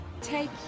Take